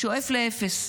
שואף לאפס.